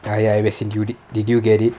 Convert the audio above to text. ah ya as in you did did you get it